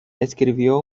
escribió